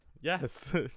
yes